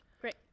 Great